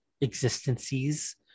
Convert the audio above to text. existences